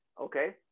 Okay